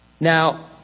Now